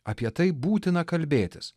apie tai būtina kalbėtis